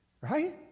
right